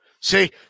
see